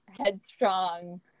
headstrong